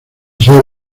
ser